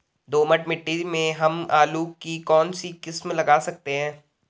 दोमट मिट्टी में हम आलू की कौन सी किस्म लगा सकते हैं?